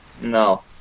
No